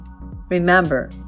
Remember